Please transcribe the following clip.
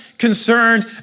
concerned